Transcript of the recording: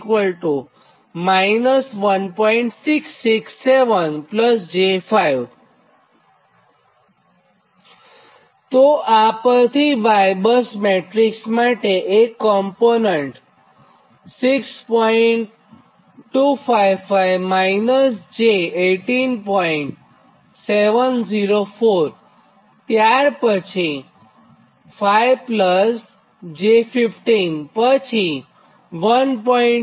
704 ત્યાર પછી 5 j 15 પછી 1